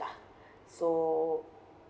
lah so